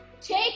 Take